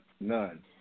none